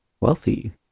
Wealthy